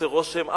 עושה רושם,